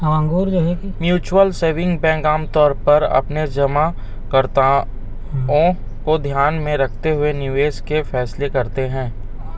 mutual saving bank आमतौर पर अपने जमाकर्ताओं को ध्यान में रखते हुए निवेश के फैसले करते हैं